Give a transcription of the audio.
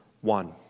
one